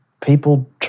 people